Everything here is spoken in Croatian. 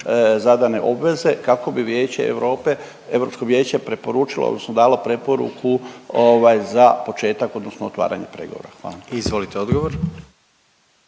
zadane obveze kako bi Vijeće Europe, Europsko vijeće preporučilo odnosno dalo preporuku ovaj za početak odnosno otvaranje pregovora? Hvala. **Jandroković,